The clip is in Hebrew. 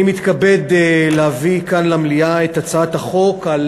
אני מתכבד להביא כאן למליאה את הצעת החוק על